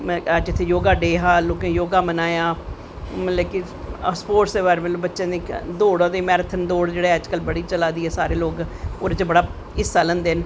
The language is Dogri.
अज्ज इत्थें योगा डे हा लोकें योगा बनाया मतलव स्पोट दे बारे बिच्च लोकें दौड़ां मैरथन दौड़ अज्ज कल बड़ी चला दी ऐ ओह्दे च बड़ा हिस्सा लैंदे न